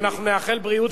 אנחנו נאחל בריאות,